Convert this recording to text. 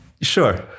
Sure